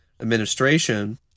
administration